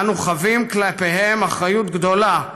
אנו חבים כלפיהם אחריות גדולה,